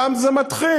משם זה מתחיל.